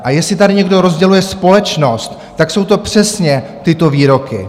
A jestli tady někdo rozděluje společnost, tak jsou to přesně tyto výroky.